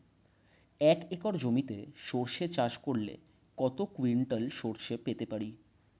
এক একর জমিতে সর্ষে চাষ করলে কত কুইন্টাল সরষে পেতে পারি?